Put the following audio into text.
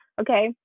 okay